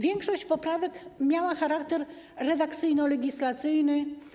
Większość poprawek miała charakter redakcyjno-legislacyjny.